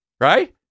right